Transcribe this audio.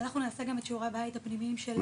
אנחנו נעשה גם את שיעורי הבית הפנימיים שלנו.